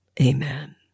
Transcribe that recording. Amen